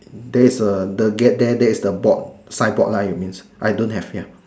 there's a the gate there that is the board signboard lah you mean I don't have ya